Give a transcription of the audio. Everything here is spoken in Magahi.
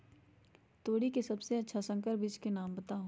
तोरी के सबसे अच्छा संकर बीज के नाम बताऊ?